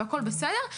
הכול בסדר,